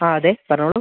ആ അതെ പറഞ്ഞോളൂ